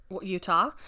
Utah